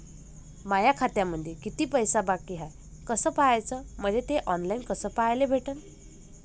माया खात्यामंधी किती पैसा बाकी हाय कस पाह्याच, मले थे ऑनलाईन कस पाह्याले भेटन?